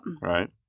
right